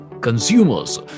consumers